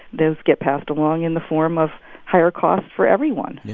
those get passed along in the form of higher costs for everyone yeah.